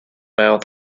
mouth